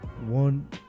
one